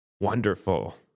Wonderful